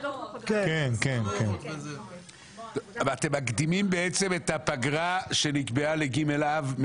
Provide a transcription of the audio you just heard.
אתם בעצם מקדימים את הפגרה שנקבעה ל-ג' באב?